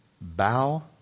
bow